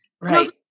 right